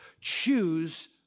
Choose